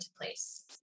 place